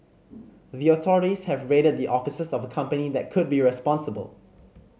the authorities have raided the offices of a company that could be responsible